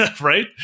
Right